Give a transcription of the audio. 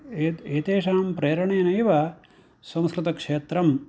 एत् एतेषां प्रेरणेनैव संस्कृतक्षेत्रं